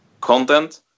content